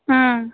ம்